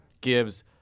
gives